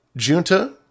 Junta